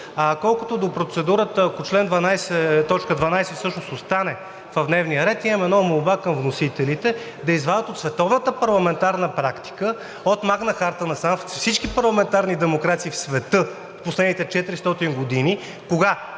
Колкото до процедурата, ако точка 12 всъщност остане в дневния ред, имам една молба към вносителите – да извадят от световната парламентарна практика, от Магна харта насам, за всички парламентарни демокрации в света в последните 400 години